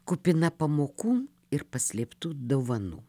kupina pamokų ir paslėptų dovanų